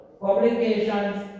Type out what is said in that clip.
publications